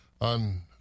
on